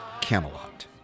Camelot